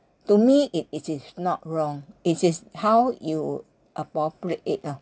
to me it it is not wrong it is how you appropriate it ah